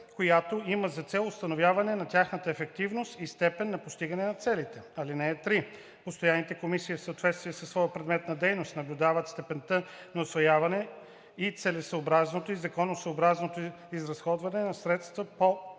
която има за цел установяване на тяхната ефективност и степен на постигане на целите. (3) Постоянните комисии, в съответствие със своя предмет на дейност, наблюдават степента на усвояване и целесъобразното и законосъобразното изразходване на средства от фондовете